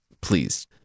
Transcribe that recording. please